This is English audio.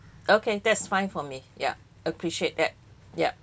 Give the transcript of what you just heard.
okay that's fine for me ya appreciate that yup